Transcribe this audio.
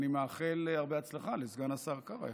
אני מאחל הרבה הצלחה לסגן השר קארה.